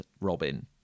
robin